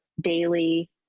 daily